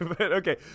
Okay